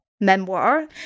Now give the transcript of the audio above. memoir